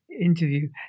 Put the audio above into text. interview